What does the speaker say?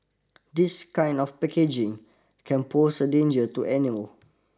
this kind of packaging can pose a danger to animal